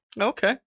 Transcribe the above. Okay